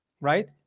Right